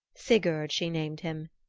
sigurd she named him.